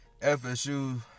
FSU